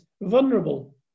vulnerable